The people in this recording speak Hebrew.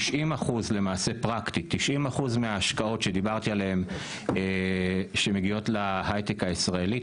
למעשה פרקטית 90% מההשקעות שדיברתי עליהן שמגיעות להייטק הישראלי,